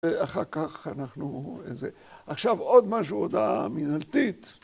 ‫ואחר כך אנחנו איזה... ‫עכשיו עוד משהו, עוד המנהלתית.